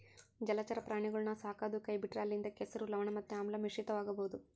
ಜಲಚರ ಪ್ರಾಣಿಗುಳ್ನ ಸಾಕದೊ ಕೈಬಿಟ್ರ ಅಲ್ಲಿಂದ ಕೆಸರು, ಲವಣ ಮತ್ತೆ ಆಮ್ಲ ಮಿಶ್ರಿತವಾಗಬೊದು